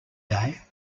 day